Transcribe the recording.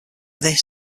this